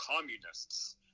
communists